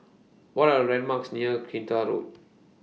What Are The landmarks near Kinta Road